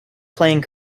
playing